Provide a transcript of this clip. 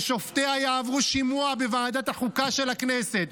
ששופטיה עברו שימוע בוועדת החוקה של הכנסת,